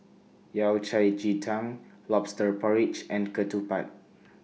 Yao Cai Ji Tang Lobster Porridge and Ketupat